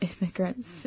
immigrants